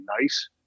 nice